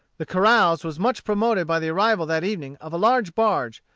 the carouse was much promoted by the arrival that evening of a large barge,